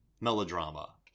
melodrama